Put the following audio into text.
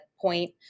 point